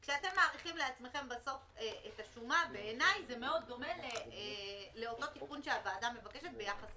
(א) סעיף 9(ד);" אלה תיקונים שהוועדה ביקשה בהמשך